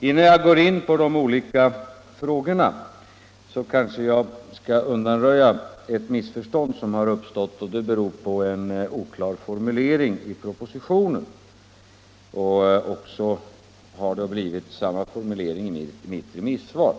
Innan jag går in på de olika frågorna vill jag undanröja ett missförstånd som har uppstått och som beror på en oklar formulering i propositionen — det har blivit samma formulering i mitt interpellationssvar.